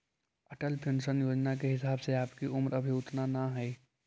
Atal pension योजना के हिसाब से आपकी उम्र अभी उतना न हई